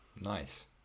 Nice